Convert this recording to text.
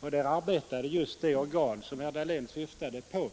Där arbetade just det organ som herr Dahlén syftade på.